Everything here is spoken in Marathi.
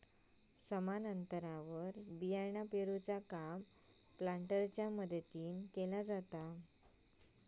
समान अंतरावर बियाणा पेरूचा काम प्लांटरच्या मदतीने केला जाता